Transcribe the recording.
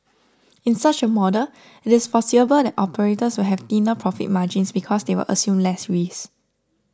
in such a model it is foreseeable that operators will have thinner profit margins because they will assume less risk